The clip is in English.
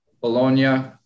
Bologna